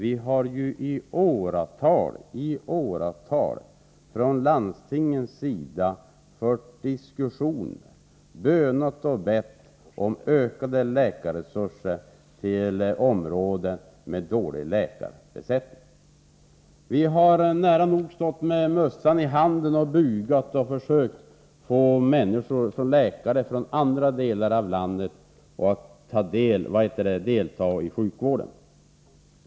Vi har ju i åratal från landstingens sida fört diskussioner och bönat och bett om ökade läkarresurser till områden med dålig läkarbesättning. Vi har nära nog stått med mössan i hand och bugat och försökt få läkare från andra delar av landet att delta i sjukvården.